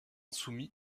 soumis